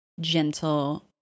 gentle